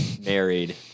married